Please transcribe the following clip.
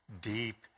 deep